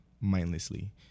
mindlessly